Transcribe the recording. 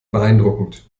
beeindruckend